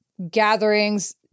gatherings